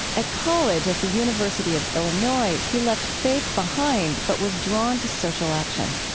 at college, at the university of illinois, he left faith behind but was drawn to social action.